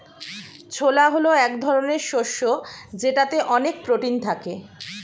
ছোলা হল এক ধরনের শস্য যেটাতে অনেক প্রোটিন থাকে